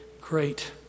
great